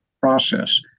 process